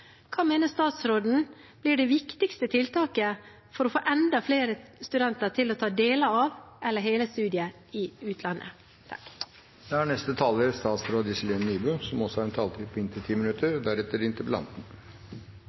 Hva mener statsråden blir det viktigste tiltaket for å få enda flere studenter til å ta deler av eller hele studiet i utlandet? La meg få begynne med å takke representanten Synnes for interpellasjonen. Internasjonalt samarbeid og dialog på tvers av landegrenser er en